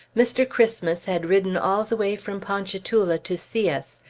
mr. christmas had ridden all the way from ponchatoula to see us,